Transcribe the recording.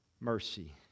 mercy